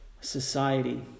society